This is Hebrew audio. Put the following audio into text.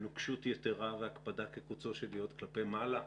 ונוקשות יתרה והקפדה כקוצו של יוד כלפי מעלה.